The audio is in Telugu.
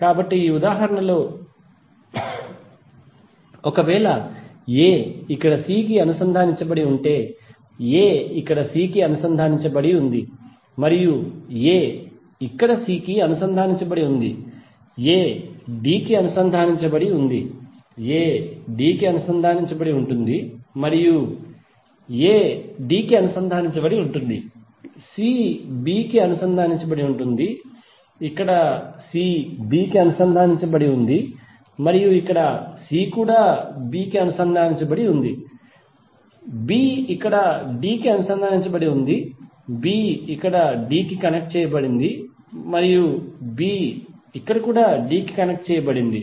కాబట్టి ఈ ఉదాహరణలో ఒకవేళ a ఇక్కడ c కి అనుసంధానించబడి ఉంటే a ఇక్కడ c కి అనుసంధానించబడి ఉంది మరియు a ఇక్కడ c కి అనుసంధానించబడి ఉంది a d కి అనుసంధానించబడి ఉంది a d కి అనుసంధానించబడి ఉంటుంది మరియు a d కి అనుసంధానించబడి ఉంటుంది c b కి అనుసంధానించబడి ఉంటుంది ఇక్కడ c b కి అనుసంధానించబడి ఉంది మరియు ఇక్కడ c కూడా b కి అనుసంధానించబడి ఉంది b ఇక్కడ d కి అనుసంధానించబడి ఉంది b ఇక్కడ d కి కనెక్ట్ చేయబడింది మరియు b ఇక్కడ d కి కనెక్ట్ చేయబడింది